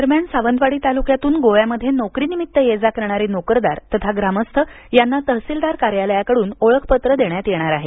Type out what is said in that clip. दरम्यान सावंतवाडी तालुक्यातून गोव्यामध्ये नोकरीनिमित्त ये जा करणारे नोकरदार तथा ग्रामस्थ याना तहसीलदार कार्यालयाकडून ओळखपत्र देण्यात येणार आहे